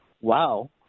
wow